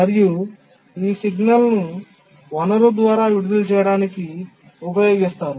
మరియు ఈ సిగ్నల్ ను వనరును విడుదల చేయడానికి ఉపయోగిస్తారు